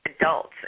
Adults